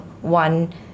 one